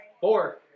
Four